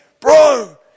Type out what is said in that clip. Bro